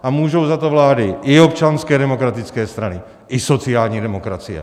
A můžou za to vlády i Občanské demokratické strany, i sociální demokracie.